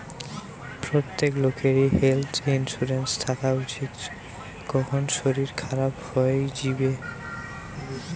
প্রত্যেক লোকেরই health insurance থাকা উচিত, কখন শরীর খারাপ হই যিবে